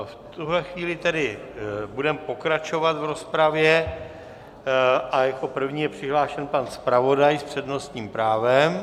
V tuhle chvíli tedy budeme pokračovat v rozpravě a jako první je přihlášen pan zpravodaj s přednostním právem.